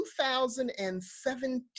2017